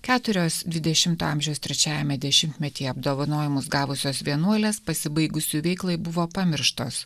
keturios dvidešimto amžiaus trečiajame dešimtmetyje apdovanojimus gavusios vienuolės pasibaigus jų veiklai buvo pamirštos